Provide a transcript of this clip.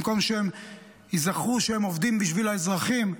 במקום שהם יזכרו שהם עובדים בשביל האזרחים,